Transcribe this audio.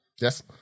Yes